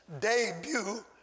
debut